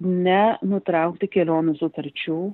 ne nutraukti kelionių sutarčių